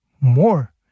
more